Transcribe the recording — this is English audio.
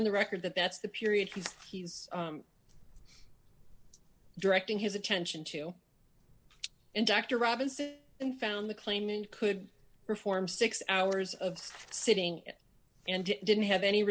in the record that that's the period he was directing his attention to and doctor robinson then found the claimant could perform six hours of sitting and didn't have any